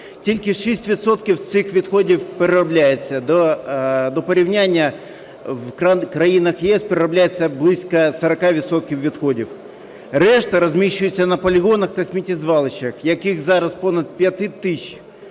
відсотків з цих відходів переробляється. Для порівняння, в країнах ЄС переробляється близько 40 відсотків. Решта розміщується на полігонах та сміттєзвалищах, яких зараз понад 5 тисяч,